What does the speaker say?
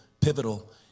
pivotal